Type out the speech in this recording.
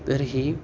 तर्हि